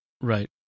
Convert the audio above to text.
Right